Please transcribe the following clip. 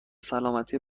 سلامتی